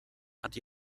hat